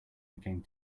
became